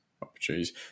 Opportunities